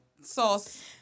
sauce